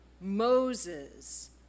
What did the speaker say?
Moses